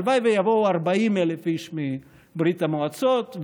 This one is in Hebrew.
הלוואי שיבואו 40,000 איש מברית המועצות,